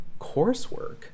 coursework